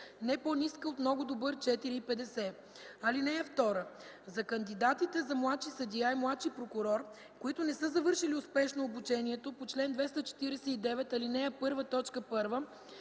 не по-ниска от много добър „4,50”. (2) За кандидатите за младши съдия и младши прокурор, които не са завършили успешно обучението по чл. 249, ал. 1,